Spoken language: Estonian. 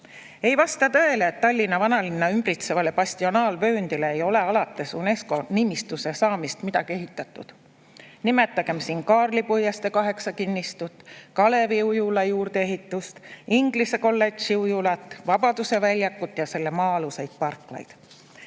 Ei vasta tõele, et Tallinna vanalinna ümbritsevale bastionaalvööndile ei ole alates UNESCO nimistusse saamisest midagi ehitatud. Nimetagem siin Kaarli puiestee 8 kinnistut, Kalevi ujula juurdeehitust, inglise kolledži ujulat, Vabaduse väljakut ja selle maa-aluseid parklaid.